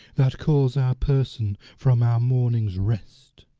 that calls our person from our morning's rest?